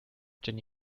jenny